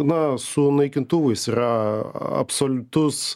na su naikintuvais yra absoliutus